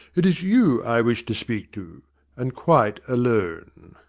it is you i wish to speak to and quite alone.